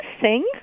sing